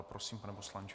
Prosím, pane poslanče.